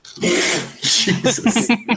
Jesus